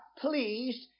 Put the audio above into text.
pleased